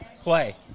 play